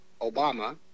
Obama